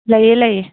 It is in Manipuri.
ꯂꯩꯌꯦ ꯂꯩꯌꯦ